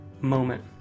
moment